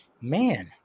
Man